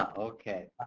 ah okay.